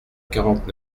quarante